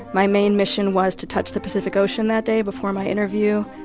my main mission was to touch the pacific ocean that day before my interview.